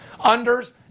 Unders